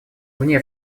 вне